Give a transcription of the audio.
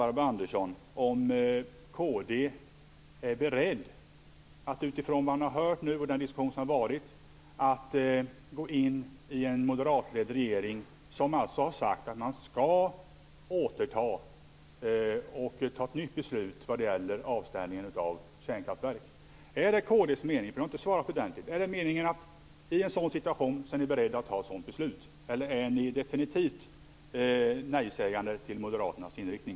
Hon undrade om kd är berett att utifrån det som man nu har hört och den diskussion som har varit gå in i en moderatledd regering. Man har alltså sagt att man skall fatta ett nytt beslut vad gäller avställningen av kärnkraftverk. Är detta kd:s mening? Ni har inte svarat ordentligt. Är ni i en sådan situation beredda att fatta ett sådant beslut? Eller säger ni definitivt nej till Moderaternas inriktning?